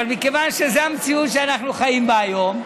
אבל מכיוון שזו המציאות שאנחנו חיים בה היום,